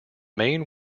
main